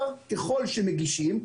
ככל שמגישים,